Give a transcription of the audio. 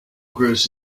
cruise